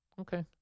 Okay